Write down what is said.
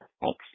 Thanks